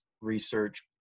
research